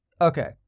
Okay